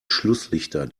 schlusslichter